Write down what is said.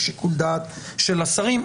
יש שיקול דעת של השרים.